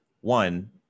one